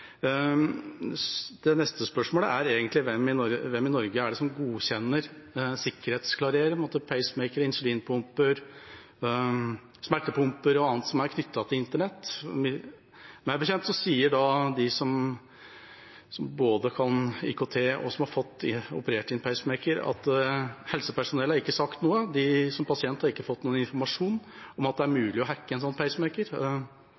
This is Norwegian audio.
Det neste spørsmålet er: Hvem i Norge er det som godkjenner sikkerhetsklarering når det gjelder pacemaker, insulinpumper, smertepumper og annet som er knyttet til Internett? Meg bekjent sier de som både kan IKT, og som har fått operert inn pacemaker, at helsepersonellet ikke har sagt noe – som pasient har de ikke fått noen informasjon om at det er